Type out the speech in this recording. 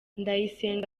ndayisenga